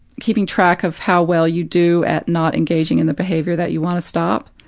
keeping track of how well you do at not engaging in the behavior that you want to stop,